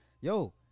yo